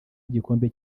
y’igikombe